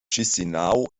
chișinău